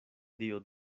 dio